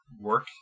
work